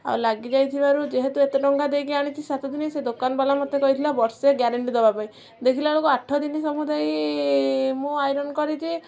ଆଉ ଲାଗିଯାଇଥିବାରୁ ଯେହେତୁ ଏତେ ଟଙ୍କା ଦେଇକି ଆଣିଛି ସାତ ଦିନି ସେ ଦୋକାନବାଲା ମୋତେ କହିଥିଲା ବର୍ଷେ ଗ୍ୟାରେଣ୍ଟି ଦେବା ପାଇଁ ଦେଖିଲାବେଳକୁ ଆଠ ଦିନ ସମୁଦାୟ ମୁଁ ଆଇରନ୍ କରିଛି